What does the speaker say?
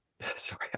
sorry